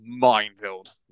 minefield